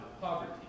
poverty